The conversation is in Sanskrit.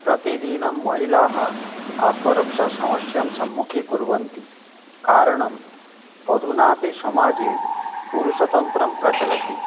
प्रतिदिनं महिलाः आत्मरक्षासमस्यां सम्मुखीकुर्वन्ति कारणम् अधुनापि समाजे पुरुषतन्त्रं प्रचलति